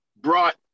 brought